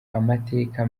amateka